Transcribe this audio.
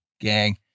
gang